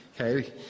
Okay